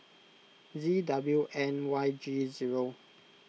Z W N Y G zero